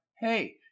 Hey